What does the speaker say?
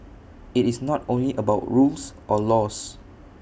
IT is not only about rules or laws